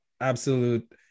absolute